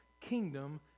kingdom